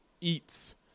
eats